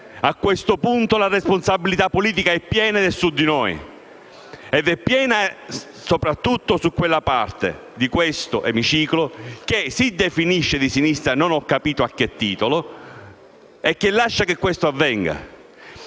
a questo punto la responsabilità politica è piena e ricade su di noi. Essa è piena soprattutto nei confronti di quella parte di questo emiciclo che si definisce di sinistra - non ho capito a che titolo - e lascia che ciò avvenga.